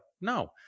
No